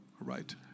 right